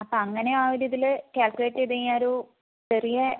അപ്പോൾ അങ്ങനെ ഒരിതിൽ കാൽക്കുലേറ്റ് ചെയ്ത്കഴിഞ്ഞ ഒരു ചെറിയ